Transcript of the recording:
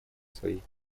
своей